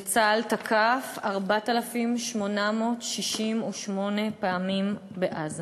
וצה"ל תקף 4,868 פעמים בעזה.